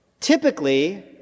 typically